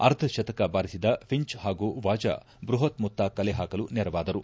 ಅರ್ಥಶತಕ ಬಾರಿಸಿದ ಫಿಂಚ್ ಹಾಗೂ ವಾಜಾ ಬೃಹತ್ ಮೊತ್ತ ಕಲೆ ಹಾಕಲು ನೆರವಾದರು